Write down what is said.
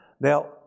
Now